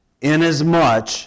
inasmuch